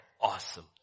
awesome